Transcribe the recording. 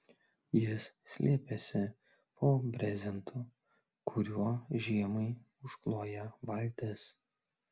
jis slėpėsi po brezentu kuriuo žiemai užkloja valtis